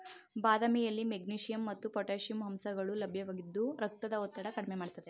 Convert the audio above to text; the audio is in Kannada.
ಬಾದಾಮಿಯಲ್ಲಿ ಮೆಗ್ನೀಷಿಯಂ ಮತ್ತು ಪೊಟ್ಯಾಷಿಯಂ ಅಂಶಗಳು ಲಭ್ಯವಿದ್ದು ರಕ್ತದ ಒತ್ತಡ ಕಡ್ಮೆ ಮಾಡ್ತದೆ